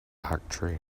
octree